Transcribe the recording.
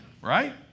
right